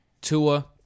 Tua